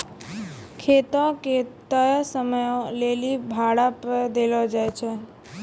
खेतो के तय समयो लेली भाड़ा पे देलो जाय छै